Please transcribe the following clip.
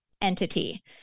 entity